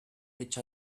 which